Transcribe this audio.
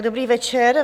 Dobrý večer.